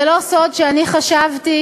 זה לא סוד שאני חשבתי,